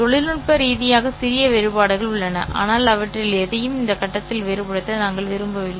தொழில்நுட்ப ரீதியாக சிறிய வேறுபாடுகள் உள்ளன ஆனால் அவற்றில் எதையும் இந்த கட்டத்தில் வேறுபடுத்த நாங்கள் விரும்பவில்லை